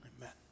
amen